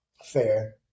Fair